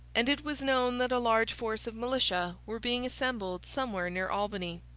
and it was known that a large force of militia were being assembled somewhere near albany.